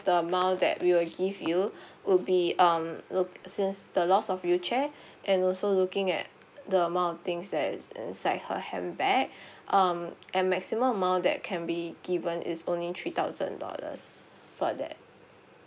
the amount that we will give you would be um loo~ since the loss of wheelchair and also looking at the amount of things that is inside her handbag um a maximum amount that can be given is only three thousand dollars for that